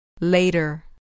Later